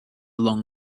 long